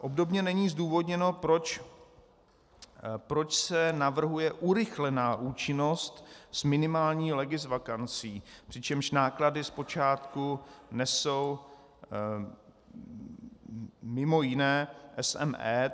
Obdobně není zdůvodněno, proč se navrhuje urychlená účinnost s minimální legisvakancí, přičemž náklady zpočátku nesou mimo jiné SME.